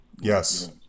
Yes